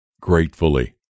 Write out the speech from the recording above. gratefully